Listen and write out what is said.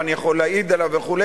ואני יכול להעיד עליו וכו',